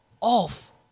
off